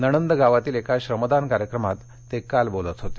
नणंद गावातील एका श्रमदान कार्यक्रमात ते काल बोलत होते